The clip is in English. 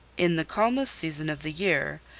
in the calmest season of the year,